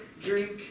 drink